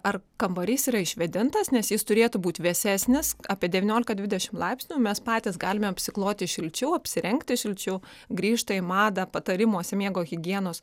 ar kambarys yra išvėdintas nes jis turėtų būt vėsesnis apie devyniolika dvidešim laipsnių mes patys galime apsikloti šilčiau apsirengti šilčiau grįžta į madą patarimuose miego higienos